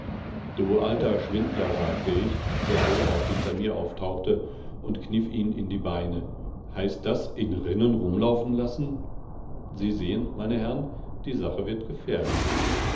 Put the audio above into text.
du alter schwindler sagte ich als er so auch hinter mir auftauchte und kniff ihn in die beine heißt das in rinnen rumlaufen lassen sie sehen meine herren die sache wird gefährlich